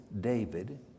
David